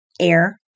air